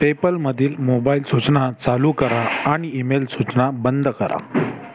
पेपलमधील mobile सूचना चालू करा आणि ईमेल सूचना बंद करा